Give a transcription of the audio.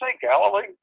Galilee